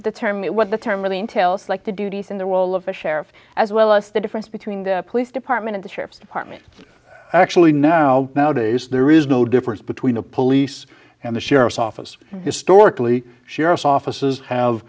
the term it what the term really entails like the duties and the will of the sheriff as well as the difference between the police department the sheriff's department actually now nowadays there is no difference between the police and the sheriff's office historically sheriff's offices have